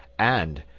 and,